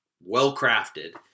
well-crafted